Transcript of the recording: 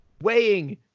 weighing